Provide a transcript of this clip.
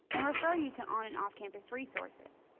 and refer you to on and off campus resources.